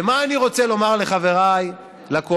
ומה אני רוצה לומר לחברי לקואליציה,